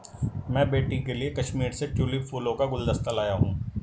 मैं बेटी के लिए कश्मीर से ट्यूलिप फूलों का गुलदस्ता लाया हुं